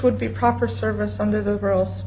would be proper service under the girls